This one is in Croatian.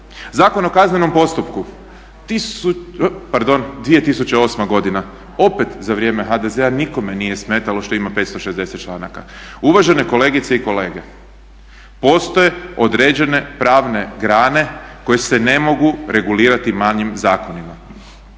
Zakon o kaznenom postupku 2008.godina opet za vrijeme HDZ-a nikome nije smetalo što ima 560 članaka. Uvažene kolegice i kolege, postoje određene pravne grane koje se ne mogu regulirati manjim zakonima.